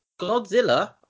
Godzilla